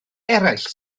eraill